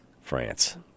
France